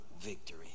victory